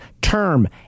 term